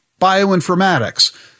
bioinformatics